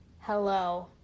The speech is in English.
hello